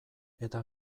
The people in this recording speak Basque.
eta